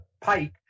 Pike